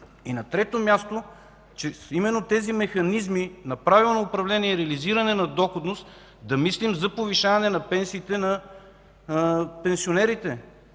и на трето място, че именно с тези механизми на правилно управление и реализиране на доходност мислим за повишаване на пенсиите на пенсионерите.